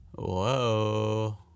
Whoa